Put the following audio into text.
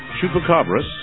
Chupacabras